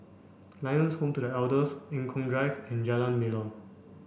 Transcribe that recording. Lions Home for The Elders Eng Kong Drive and Jalan Melor